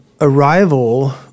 arrival